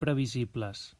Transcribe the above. previsibles